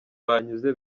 banyuze